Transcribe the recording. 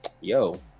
yo